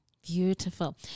Beautiful